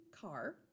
car